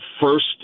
first